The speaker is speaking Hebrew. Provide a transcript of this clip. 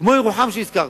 כמו ירוחם שהזכרתם,